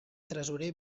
tresorer